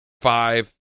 five